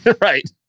Right